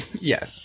Yes